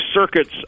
circuits